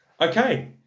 Okay